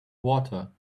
water